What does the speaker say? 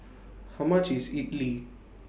How much IS Idly